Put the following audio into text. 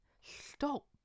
stop